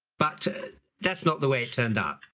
but that's not the way it turned out.